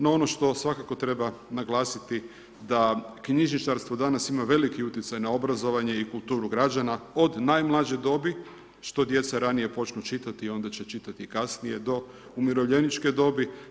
No ono što svakako treba naglasiti da knjižničarstvo danas ima veliki utjecaj na obrazovanje i kulturu građana od najmlađe dobi, što djeca ranije počnu čitati i onda će čitati kasnije do umirovljeničke dobi.